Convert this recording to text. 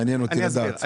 מעניין אותי לדעת.